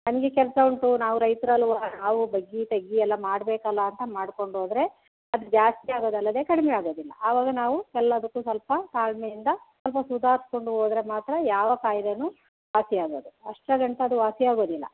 ನನಗೆ ಕೆಲಸ ಉಂಟು ನಾವು ರೈತ್ರು ಅಲ್ವಾ ನಾವು ಬಗ್ಗಿ ತಗ್ಗಿ ಎಲ್ಲ ಮಾಡಬೇಕಲ್ಲ ಅಂತ ಮಾಡ್ಕೊಂಡು ಹೋದ್ರೆ ಅದು ಜಾಸ್ತಿ ಆಗೋದಲ್ಲದೆ ಕಡಿಮೆ ಆಗೋದಿಲ್ಲ ಆವಾಗ ನಾವು ಎಲ್ಲದಕ್ಕೂ ಸ್ವಲ್ಪ ತಾಳ್ಮೆಯಿಂದ ಸ್ವಲ್ಪ ಸುಧಾರಿಸ್ಕೊಂಡು ಹೋದ್ರೆ ಮಾತ್ರ ಯಾವ ಕಾಯಿಲೆಯೂ ವಾಸಿ ಆಗೋದು ಅಷ್ಟ್ರಲ್ಲಿ ಎಂಥದ್ದು ವಾಸಿ ಆಗೋದಿಲ್ಲ